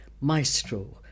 maestro